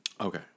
Okay